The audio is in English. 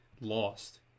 Lost